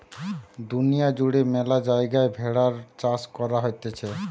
দুনিয়া জুড়ে ম্যালা জায়গায় ভেড়ার চাষ করা হতিছে